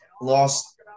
lost